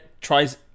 tries